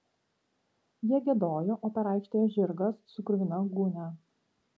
jie giedojo o per aikštę ėjo žirgas su kruvina gūnia